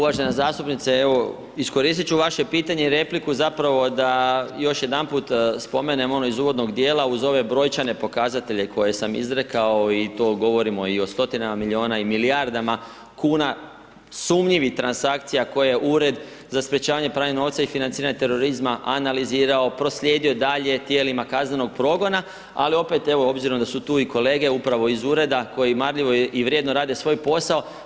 Hvala lijepo, uvažena zastupnice, evo, iskoristiti ću vaše pitanje i repliku zapravo da još jedanput spomenem ono iz uvodnog dijela, uz ove brojčane pokazatelje koje sam izrekao i to govorimo i o stotinama milijuna i milijardama kuna sumnjivih transakcija koje Ured za sprečavanje pranja novca i financiranje terorizma analizirao, proslijedio dalje tijelima kaznenog progona, ali opet, evo, obzirom da su tu i kolege upravo iz ureda koji marljivo i vrijedno rade svoj posao.